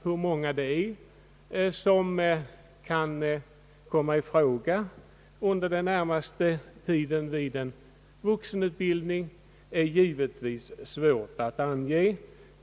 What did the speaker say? Hur många som kan komma i fråga under den närmaste tiden för en vuxenutbildning är givetvis svårt att ange.